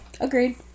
Agreed